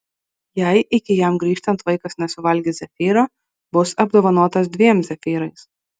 jei iki jam grįžtant vaikas nesuvalgys zefyro bus apdovanotas dviem zefyrais